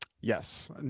Yes